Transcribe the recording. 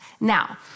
Now